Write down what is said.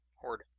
Horde